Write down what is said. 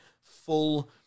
full